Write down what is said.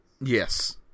Yes